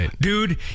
Dude